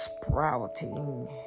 sprouting